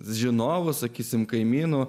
žinovo sakysime kaimyno